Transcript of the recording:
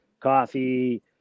coffee